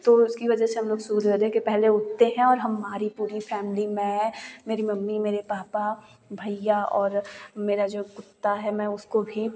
तो उसकी वजह से हम लोग सूर्योदय के पहले उठते हैं और हमारी पूरी फैमली मैं मेरी मम्मी मेरे पापा भैया और मेरा जो कुत्ता है मैं उसको भी